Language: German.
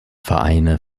vereine